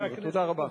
תודה רבה.